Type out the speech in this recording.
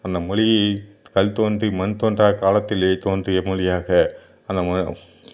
அந்த மொழியை கல் தோன்றி மண் தோன்றாக் காலத்திலே தோன்றிய மொழியாக நம்ம